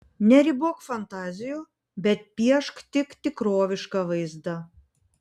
neribok fantazijų bet piešk tik tikrovišką vaizdą